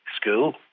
school